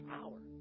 power